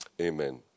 Amen